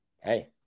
Hey